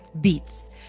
beats